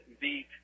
beat